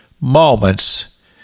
moments